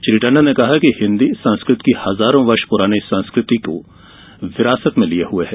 श्री टंडन कहा कि हिन्दी संस्कृत की हजारों वर्ष पुरानी संस्कृति की विरासत लिये हुए है